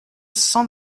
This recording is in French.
cent